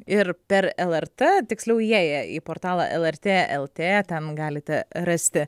ir per lrt tiksliau įėję į portalą lrt lt ten galite rasti